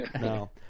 No